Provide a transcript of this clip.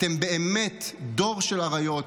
אתם באמת דור של אריות,